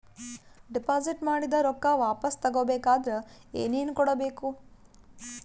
Deposit ಮಾಡಿದ ರೊಕ್ಕ ವಾಪಸ್ ತಗೊಬೇಕಾದ್ರ ಏನೇನು ಕೊಡಬೇಕು?